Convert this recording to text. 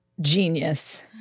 Genius